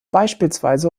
beispielsweise